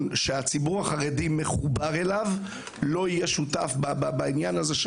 שהציבור החרדי מחובר אליו לא יהיה שותף לאירוע הזה.